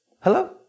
Hello